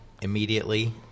immediately